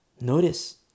Notice